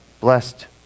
blessed